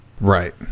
right